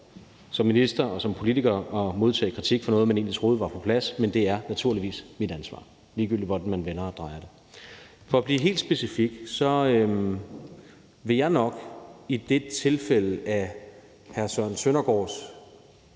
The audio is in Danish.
som minister og som politiker at modtage kritik for noget, man egentlig troede var på plads, men det er naturligvis mit ansvar, ligegyldigt hvordan man vender og drejer det. For at blive helt specifik vil jeg nok, hvis hr. Søren Søndergaards